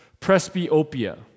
presbyopia